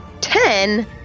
Ten